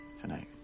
Tonight